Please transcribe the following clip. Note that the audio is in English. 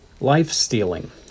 Life-Stealing